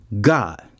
God